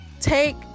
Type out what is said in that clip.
take